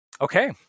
Okay